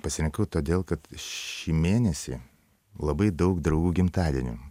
pasirinkau todėl kad šį mėnesį labai daug draugų gimtadienių